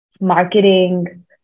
marketing